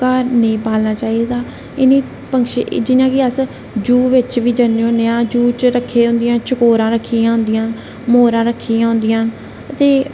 घर नेईं पालना चाहिदा इनेंगी पक्षी जियां कि अस जो बिच बी जन्ने होन्ने आं जो चीज रक्खे दी होंदियां चकोरा रक्खी दी होंदी मोरा रक्खी दी होदियां ते